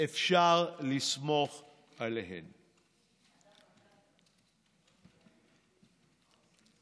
אלה רק משהו כמו 40 מתוך עשרות אלפי